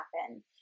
happen